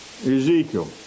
Ezekiel